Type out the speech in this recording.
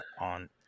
on